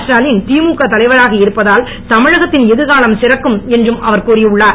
ஸ்டாலின் திமுக தலைவராகி இருப்பதால் தமிழகத்தின் எதிர்காலம் சிறக்கும் என்றும் அவர் கூறியுள்ளார்